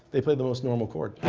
they play the most normal chord.